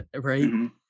right